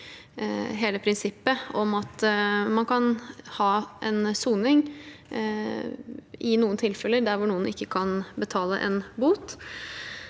hele prinsippet om at man kan ha en soning i noen tilfeller der hvor noen ikke kan betale en bot.